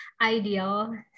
ideal